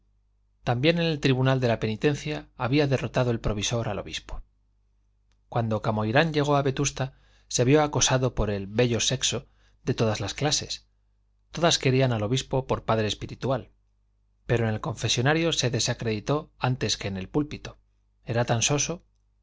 también en el tribunal de la penitencia había derrotado el provisor al obispo cuando camoirán llegó a vetusta se vio acosado por el bello sexo de todas las clases todas querían al obispo por padre espiritual pero en el confesonario se desacreditó antes que en el púlpito era tan soso